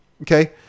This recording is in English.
okay